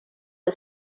for